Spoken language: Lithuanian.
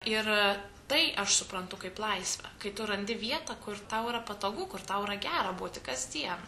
ir tai aš suprantu kaip laisvę kai tu randi vietą kur tau yra patogu kur tau yra gera būti kasdien